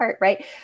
Right